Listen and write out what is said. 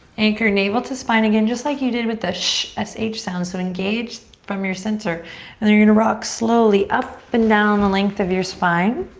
anchor navel to spine again just like you did with the shh s h sound. so engage from your center and then you're gonna rock slowly up and down the length of your spine.